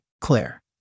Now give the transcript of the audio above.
Claire